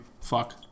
Fuck